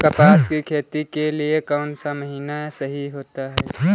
कपास की खेती के लिए कौन सा महीना सही होता है?